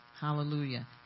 Hallelujah